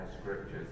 scriptures